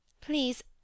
—Please